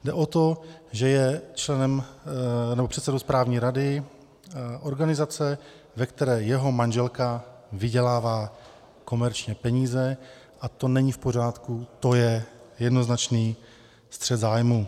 Jde o to, že je členem, nebo předsedou správní rady organizace, ve které jeho manželka vydělává komerčně peníze, a to není v pořádku, to je jednoznačný střet zájmů.